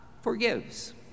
forgives